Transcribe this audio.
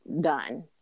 done